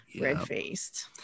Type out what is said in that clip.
red-faced